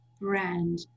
brand